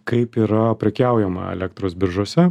kaip yra prekiaujama elektros biržose